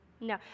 no